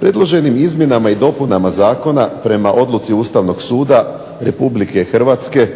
Predloženim izmjenama i dopunama zakona prema odluci Ustavnog suda Republike Hrvatske